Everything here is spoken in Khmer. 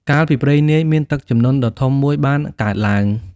កាលពីព្រេងនាយ មានទឹកជំនន់ដ៏ធំមួយបានកើតឡើង។